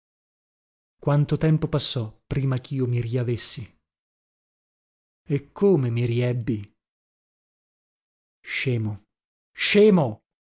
quanto tempo passò prima chio mi riavessi e come mi riebbi scemo scemo